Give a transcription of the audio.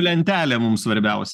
lentelė mum svarbiausia